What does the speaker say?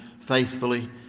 faithfully